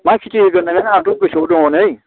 मा खेथि होगोन नोङो आंथ' गोसोआव दङ नै